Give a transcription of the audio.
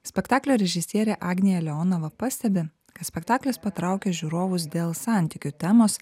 spektaklio režisierė agnė leonava pastebi kad spektaklis patraukia žiūrovus dėl santykių temos